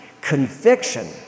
conviction